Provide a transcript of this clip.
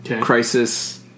crisis